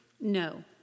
No